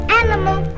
animal